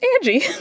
Angie